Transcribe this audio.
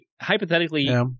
hypothetically